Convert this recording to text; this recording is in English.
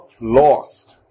lost